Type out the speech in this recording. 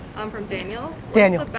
um from daniel. daniel.